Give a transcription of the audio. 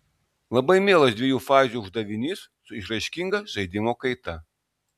labai mielas dviejų fazių uždavinys su išraiškinga žaidimo kaita